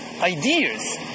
ideas